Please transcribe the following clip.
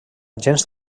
gens